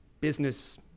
business